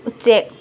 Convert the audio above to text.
ꯎꯆꯦꯛ